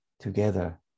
Together